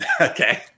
Okay